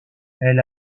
elle